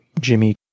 Jimmy